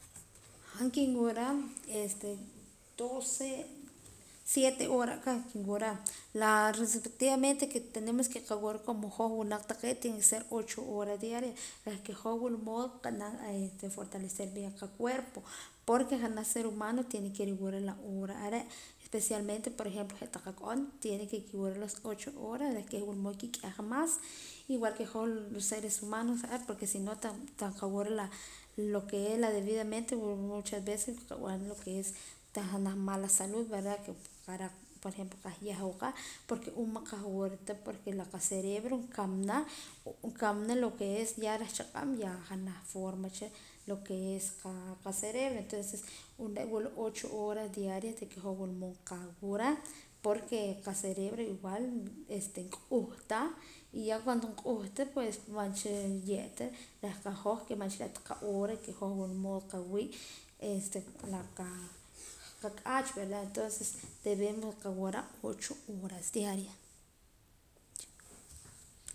Han kinwuura siete horas aka kin wuura tenemos que qawuura como hoj winaq taqee' tiene que ser ocho horas diarias reh que hoj wila mood qanaam fortalecer qacuerpo porque janaj ser humano tiene que riwuura la hora are' especialmente lo que esta taq ak'on tiene que kiwuura los ocho horas reh keh wila mood nikiq'aja más igual que hoj los seres humanos porque sino tan qawura lo que es la debidamente muchas veces nrib'anra lo que es tah janaj mala salud va qah yahwaa qa porque um man qahwuura ta porque la qacerebro nkamana lo que es ya reh chaq'ab' lo que es qacerebro um re' wula ocho horas reh diarias reh que hoj wula mood qawuura porque qacerebro igual nk'uhta y ya cuando nk'uhta pues mancha riye' ta qahoj que mancha re' ta qahora que hoj wula mood qawii' na qaq'aach verda entonces debemos qawuura ocho horas diarias